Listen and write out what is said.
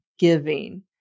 giving